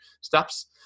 steps